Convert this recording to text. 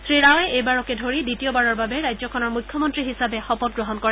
শ্ৰীৰাৱে এইবাৰকে ধৰি দ্বিতীয়বাৰৰ বাবে ৰাজ্যখনৰ মুখ্যমন্তী হিচাপে শপত গ্ৰহণ কৰে